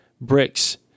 bricks